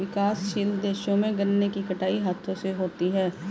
विकासशील देशों में गन्ने की कटाई हाथों से होती है